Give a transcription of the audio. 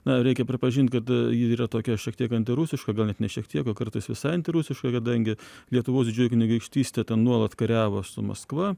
na reikia pripažint kad yra tokia šiek tiek antirusiška gal net ne šiek tiek o kartais visai antirusiška kadangi lietuvos didžioji kunigaikštystė ten nuolat kariavo su maskva